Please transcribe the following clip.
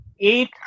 Eight